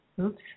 oops